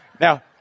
now